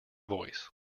voice